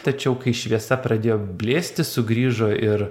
tačiau kai šviesa pradėjo blėsti sugrįžo ir